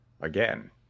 Again